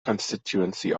constituency